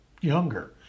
younger